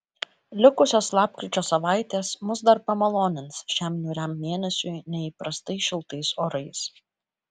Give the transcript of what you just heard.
likusios lapkričio savaitės mus dar pamalonins šiam niūriam mėnesiui neįprastai šiltais orais